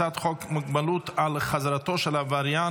הצעת חוק מגבלות על חזרתו של עבריין